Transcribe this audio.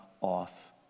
off